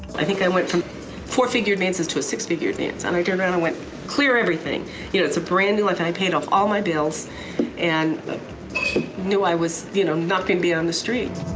i think i went from four figure advances to a six figure advance, and i turned around and went clear everything, you know it's a brand new life and i paid off all my bills and knew i was you know not going to be on the street.